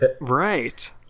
right